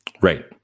Right